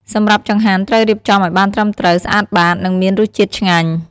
សម្រាប់ចង្ហាន់ត្រូវរៀបចំឲ្យបានត្រឹមត្រូវ ស្អាតបាត និងមានរសជាតិឆ្ងាញ់។